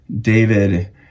David